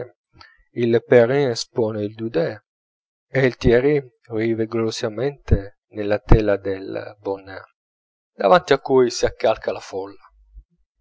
il perrin espone il daudet e il thiers rivive gloriosamente nella tela del bonnat davanti a cui si accalca la folla